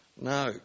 No